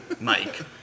Mike